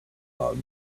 bugs